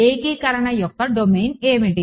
ఏకీకరణ యొక్క డొమైన్ ఏమిటి